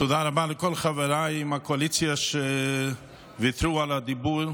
תודה רבה לכל חבריי מהקואליציה שוויתרו על הדיבור.